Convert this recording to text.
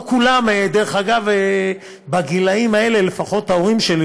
לא כולם, דרך אגב, בגילים האלה, לפחות ההורים שלי